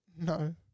No